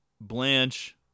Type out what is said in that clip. Blanche